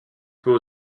peut